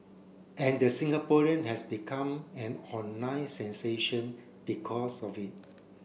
and the Singaporean has become an online sensation because of it